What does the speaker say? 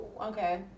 Okay